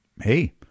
hey